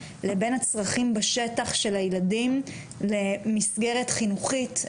לבין הצרכים בשטח של הילדים למסגרת חינוכית,